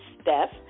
Steph